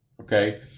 okay